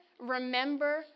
remember